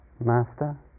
master